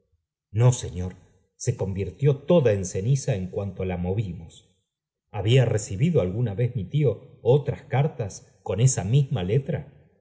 no señor se convirtió toda en ceniza en cuanto la movimos había recibido alguna vez mi tío otras cartas con esa misma letra